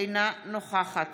אינה נוכחת